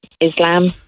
Islam